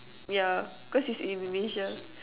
yeah cause it's Indonesia